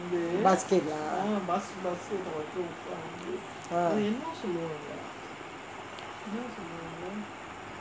basket lah